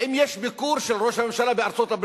האם יש ביקור של ראש הממשלה בארצות-הברית